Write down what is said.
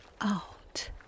out